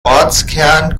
ortskern